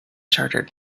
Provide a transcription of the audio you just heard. chartered